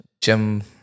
Jim